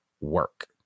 work